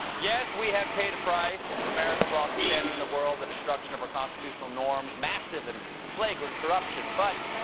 yes, we have paid a price america's loss of standing in the world, the destruction of our constitutional norms, massive and flagrant corruption. but